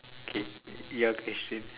okay your question